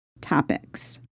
topics